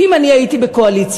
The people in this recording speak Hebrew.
אם אני הייתי בקואליציה